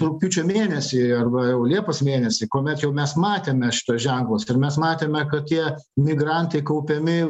rugpjūčio mėnesį arba jau liepos mėnesį kuomet jau mes matėme šituos ženklus ir mes matėme kad tie migrantai kaupiami